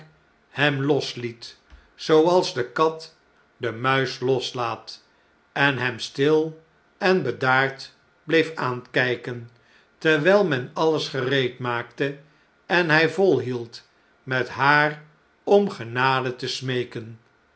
hem losliet zooals de kat de muis loslaat en hem stil en bedaard bleef aankjjken terwijl men alles gereedmaakte en hh volhield met haar om genade te smeeken